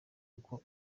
kuko